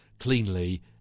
cleanly